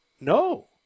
No